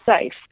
safe